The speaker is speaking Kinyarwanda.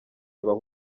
ibahe